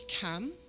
come